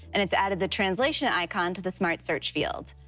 and it's added the translation icon to the smart search field.